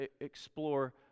explore